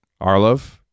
Arlov